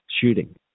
shooting